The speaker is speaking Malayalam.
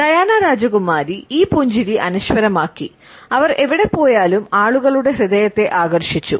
ഡയാന രാജകുമാരി ഈ പുഞ്ചിരി അനശ്വരമാക്കി അവർ എവിടെ പോയാലും ആളുകളുടെ ഹൃദയത്തെ ആകർഷിച്ചു